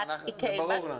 ברור לנו.